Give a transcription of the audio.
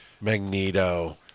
Magneto